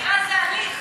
חקירה זה הליך.